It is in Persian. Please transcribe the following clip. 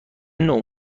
نوع